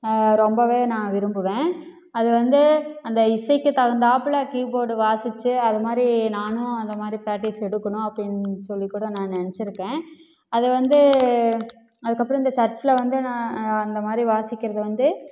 ரொம்பவே நான் விரும்புவேன் அதுவந்து அந்த இசைக்கு தகுந்தாப்புல கீபோர்டு வாசிச்சு அதுமாதிரி நானும் அந்தமாதிரி பிராக்ட்டிஸ் எடுக்கணும் அப்படினு சொல்லிக்கூட நான் நினச்சிருக்கேன் அதுவந்து அதுக்கப்புறம் இந்த சர்ச்ல வந்து நான் அந்தமாதிரி வாசிக்கிறது வந்து